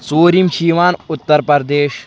ژوٗرِم چھِ یِوان اُتر پرٛدیش